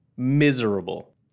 miserable